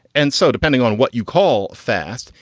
and so depending on what you call fast,